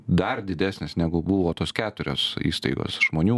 dar didesnis negu buvo tos keturios įstaigos žmonių